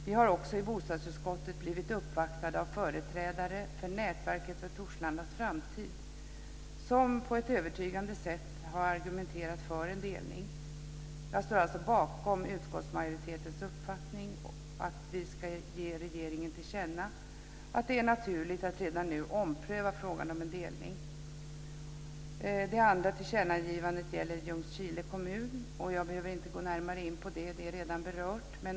Vi har också i bostadsutskottet blivit uppvaktade av företrädare för Nätverket för Torslandas framtid, som på ett övertygande sätt har argumenterat för en delning. Jag står alltså bakom utskottsmajoritetens uppfattning att vi ska ge regeringen till känna att det är naturligt att redan nu ompröva frågan om en delning. Det andra tillkännagivandet gäller Ljungskile kommun. Jag behöver inte gå närmare in på detta, då det redan är berört.